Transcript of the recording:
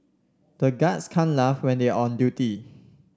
the guards can't laugh when they are on duty